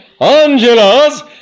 Angela's